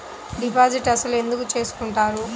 Deposit అసలు ఎందుకు చేసుకుంటారు?